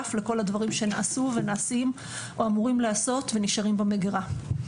בנוסף לכל הדברים שנעשו ונעשים או אמורים להיעשות ונשארים במגירה.